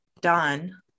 done